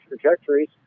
trajectories